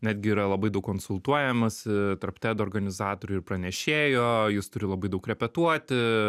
netgi yra labai daug konsultuojamasi tarp ted organizatorių ir pranešėjo jis turi labai daug repetuoti